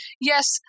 yes